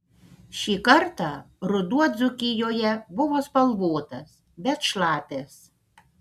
šį kartą ruduo dzūkijoje buvo spalvotas bet šlapias